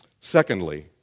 Secondly